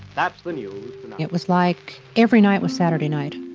that's the news it was like every night was saturday night.